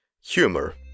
humor